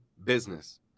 business